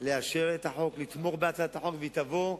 לאשר את החוק, לתמוך בהצעת החוק, והיא תבוא,